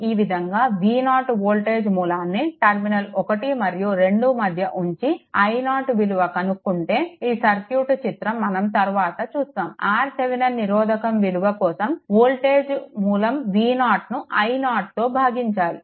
ఈ విధంగా V0 voltage మూలాన్ని టర్మినల్ 1 మరియు 2 మధ్య ఉంచి i0 విలువ కనుక్కుంటే ఈ సర్క్యూట్ చిత్రం మనం తర్వాత చూస్తాము RThevenin నిరోధకం విలువ కోసం వోల్టేజ్ మూలం V0ను i0తో భాగించాలి